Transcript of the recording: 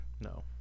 No